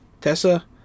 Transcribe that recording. Tessa